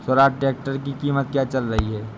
Swaraj tractor की कीमत क्या चल रही है?